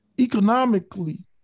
economically